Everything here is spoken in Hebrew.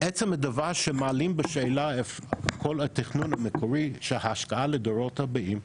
עצם הדבר שמעלים בשאלה את כל התכנון המקורי שההשקעה היא לדורות הבאים,